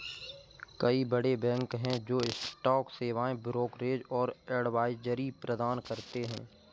कई बड़े बैंक हैं जो स्टॉक सेवाएं, ब्रोकरेज और एडवाइजरी प्रदान करते हैं